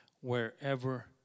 wherever